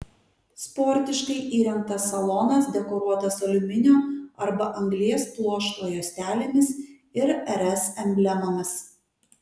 sportiškai įrengtas salonas dekoruotas aliuminio arba anglies pluošto juostelėmis ir rs emblemomis